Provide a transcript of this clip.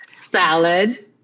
salad